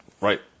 Right